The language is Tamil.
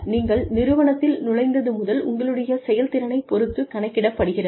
நீங்கள் நிறுவனத்தில் நுழைந்தது முதல் உங்களுடைய செயல்திறனைப் பொறுத்து கணக்கிடப்படுகிறது